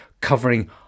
covering